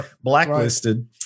blacklisted